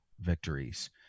victories